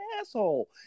asshole